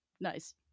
Nice